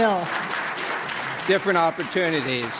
um different opportunities,